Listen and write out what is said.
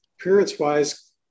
appearance-wise